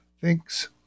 thinks